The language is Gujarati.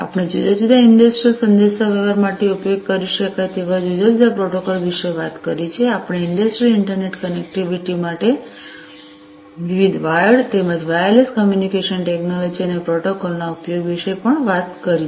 આપણે જુદા જુદા ઇંડસ્ટ્રિયલ સંદેશાવ્યવહાર માટે ઉપયોગ કરી શકાય તેવા જુદા જુદા પ્રોટોકોલ વિશે વાત કરી છે આપણે ઇંડસ્ટ્રિયલ ઇન્ટરનેટ કનેક્ટિવિટી માટે વિવિધ વાયર્ડ તેમજ વાયરલેસ કમ્યુનિકેશન ટેકનોલોજી અને પ્રોટોકોલ ના ઉપયોગ વિશે પણ વાત કરી છે